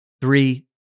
three